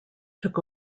took